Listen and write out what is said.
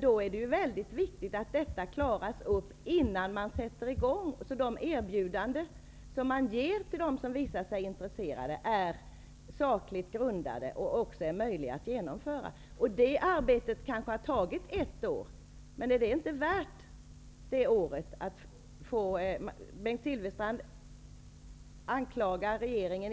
Då är det mycket viktigt att de klaras upp innan man sätter i gång, så att de erbjudanden som vi ger till dem som visar sig intresserade är sakligt grundade och möjliga att genomföra. Det arbetet har kanske tagit ett år. I ena fallet anklagar Bengt Silfverstrand regeringen